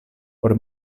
por